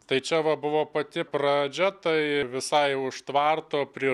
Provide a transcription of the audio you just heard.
tai čia va buvo pati pradžia tai visai už tvarto prie